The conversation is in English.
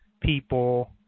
people